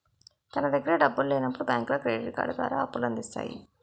తన దగ్గర డబ్బులు లేనప్పుడు బ్యాంకులో క్రెడిట్ కార్డు ద్వారా అప్పుల అందిస్తాయి